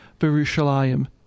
Jerusalem